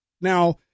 Now